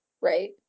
right